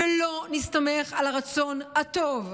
ולא נסתמך על הרצון הטוב.